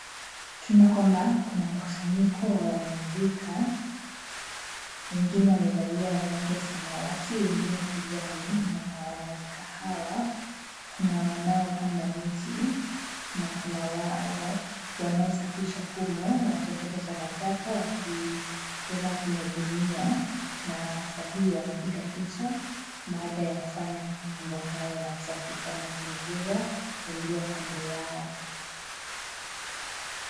Tunaona kwamba kuna mkusanyiko wa wanarika, wengine wamevalia rangi ya samawati, wengine kijani na wanarika hawa kuna wanaopanda mti na kuna wao wanaosafisha humo wakiokota takataka wakiweka kwenye gunia na sahii wanapiga picha baada ya kufanya mambo hayo na kusafisha mazingira yaliyo kando yao.